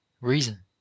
reason